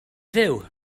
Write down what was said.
fyw